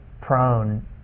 prone